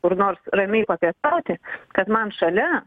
kur nors ramiai papietauti kad man šalia